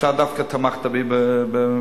אתה דווקא תמכת בי בממשלה,